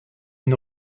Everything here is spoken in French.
une